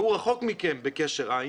השוטר שרחוק מכם בקשר עין,